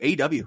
aw